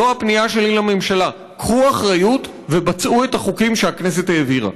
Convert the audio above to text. זאת הפנייה שלי לממשלה: קחו אחריות ובצעו את החוקים שהכנסת העבירה.